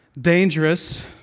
dangerous